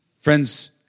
Friends